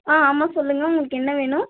ஆ ஆமாம் சொல்லுங்கள் உங்களுக்கு என்ன வேணும்